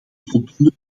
voldoende